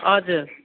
हजुर